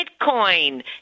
Bitcoin